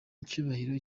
icyubahiro